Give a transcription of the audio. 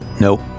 Nope